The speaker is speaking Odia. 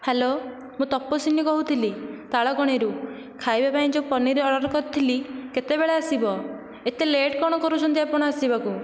ହ୍ୟାଲୋ ମୁଁ ତପସ୍ଵିନୀ କହୁଥିଲି ତାଳଗଣିରୁ ଖାଇବା ପାଇଁ ଯେଉଁ ପନିର ଅର୍ଡ଼ର କରିଥିଲି କେତେବେଳେ ଆସିବ ଏତେ ଲେଟ୍ କ'ଣ କରୁଛନ୍ତି ଆପଣ ଆସିବାକୁ